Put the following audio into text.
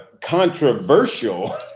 controversial